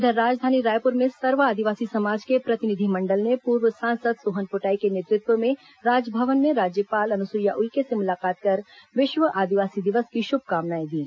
इधर राजधानी रायपुर में सर्व आदिवासी समाज के प्रतिनिधिमंडल ने पूर्व सांसद सोहन पोटाई के नेतृत्व में राजभवन में राज्यपाल अनुसुईया उइके से मुलाकात कर विश्व आदिवासी दिवस की शुभकामनाएं दीं